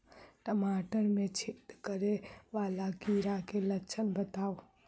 टमाटर मे छेद करै वला कीड़ा केँ लक्षण बताउ?